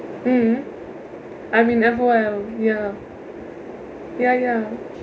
mm I'm in F O L ya ya ya